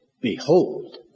behold